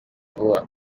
vuba